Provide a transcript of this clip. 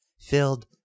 filled